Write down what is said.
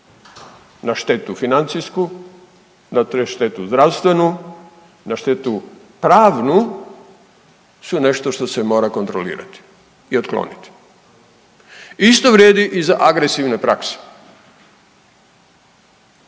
na štetu financijsku, na štetu zdravstvenu, na štetu pravnu su nešto što se mora kontrolirati i otkloniti. Isto vrijedi i za agresivne prakse.